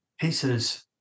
pieces